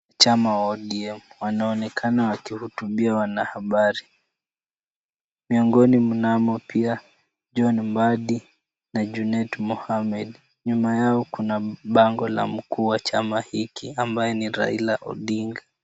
Wanachama wa ODM wanaonekana wakihutubia wanahabari. Miongoni mnamo pia John Mbadi na Junet Mohammed. Nyuma yao kuna bango la mkuu wa chama hiki ambaye ni Raila Odinga.